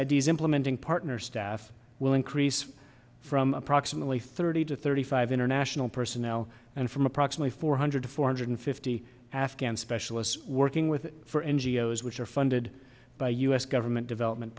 d s implementing partner staff will increase from approximately thirty to thirty five international personnel and from approximately four hundred to four hundred fifty afghan specialists working with for n g o s which are funded by u s government development